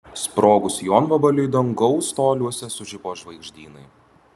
sprogus jonvabaliui dangaus toliuose sužibo žvaigždynai